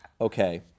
Okay